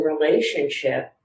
relationship